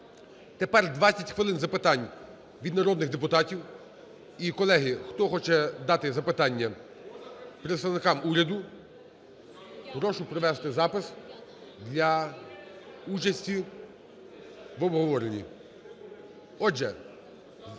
Тепер 20 хвилин запитань від народних депутатів. І, колеги, хто хоче дати запитання представникам уряду, прошу провести запис для участі в обговоренні.